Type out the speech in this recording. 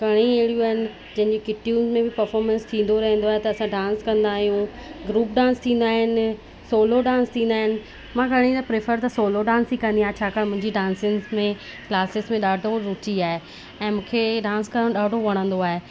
घणेई अहिड़ियूं आहिनि जंहिंजी किटियुनि में बि परफॉर्मेंस थींदो रहंदो आहे त असां डांस कंदा आहियूं ग्रुप डांस थींदा आहिनि सोलो डांस थींदा आहिनि मां घणी त प्रेफर त सोलो डांस ई कंदी आहियां छाकाणि मुंहिंजी डांसिस में क्लासिस में ॾाढो रुचि आहे ऐं मूंखे डांस करणु ॾाढो वणंदो आहे